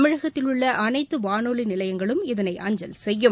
தமிழகத்தில் உள்ளஅனைத்துவானொலிநிலையங்களும் இதனை அஞ்சல் செய்யும்